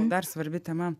dar svarbi tema